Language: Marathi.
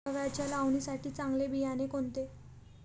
गव्हाच्या लावणीसाठी चांगले बियाणे कोणते?